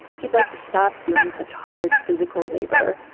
he'd like to stop doing such hard, physical labor.